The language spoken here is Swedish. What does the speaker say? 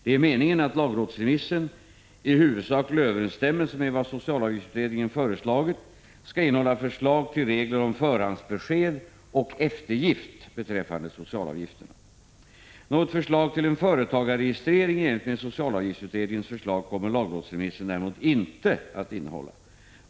Det är meningen att lagrådsremissen i huvudsaklig överensstämmelse med vad socialavgiftsutredningen föreslagit skall innehålla förslag till regler om förhandsbesked och eftergift beträffande socialavgifterna. Något förslag till en företagarregistrering i enlighet med socialavgiftsutredningens förslag kommer lagrådsremissen däremot inte att innehålla.